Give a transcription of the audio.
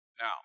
Now